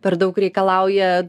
per daug reikalauja